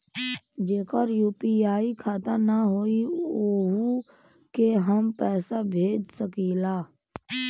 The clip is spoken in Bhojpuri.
जेकर यू.पी.आई खाता ना होई वोहू के हम पैसा भेज सकीला?